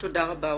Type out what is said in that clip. תודה רבה.